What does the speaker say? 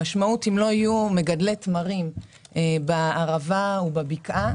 אם לא יהיו מגדלי תמרים בערבה ובבקעה,